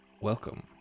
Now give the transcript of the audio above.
Welcome